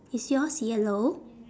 is yours yellow